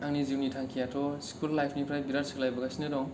आंनि जिउनि थांखिआथ' स्कुल लाइफनिफ्राय बिराथ सोलायबोगासिनो दं